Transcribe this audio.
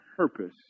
Purpose